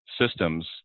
systems